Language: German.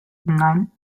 nein